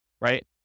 right